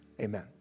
Amen